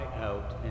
out